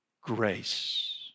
grace